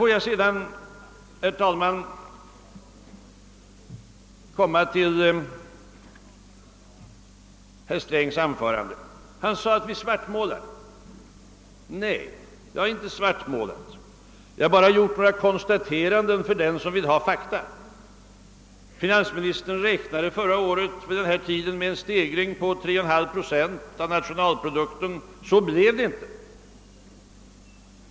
Får jag sedan, herr talman, komma till herr Strängs anförande. Han sade att vi svartmålar. Nej, vi har inte svartmålat. Vi har bara gjort några konstateranden för dem som vill ha fakta. Finansministern räknade vid den här tiden förra året med en stegring på 3,5 procent av nationalprodukten. Så blev det inte!